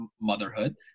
motherhood